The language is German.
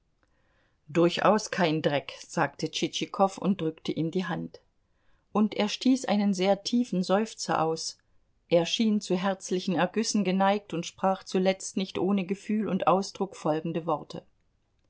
durchaus kein dreck sagte tschitschikow und drückte ihm die hand und er stieß einen sehr tiefen seufzer aus er schien zu herzlichen ergüssen geneigt und sprach zuletzt nicht ohne gefühl und ausdruck folgende worte